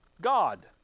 God